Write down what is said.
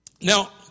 Now